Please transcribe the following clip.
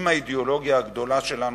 עם האידיאולוגיה הגדולה שלנו,